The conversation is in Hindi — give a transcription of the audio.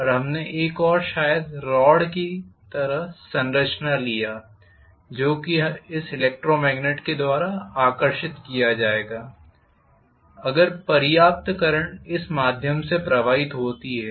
और हमने एक और शायद रॉड की तरह संरचना लिया की जो इस इलेकट्रोमेग्नेट के द्वारा आकर्षित किया जाएगा अगर पर्याप्त करंट इस माध्यम से प्रवाहित होती है